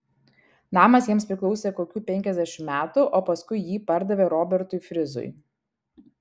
namas jiems priklausė kokių penkiasdešimt metų o paskui jį pardavė robertui frizui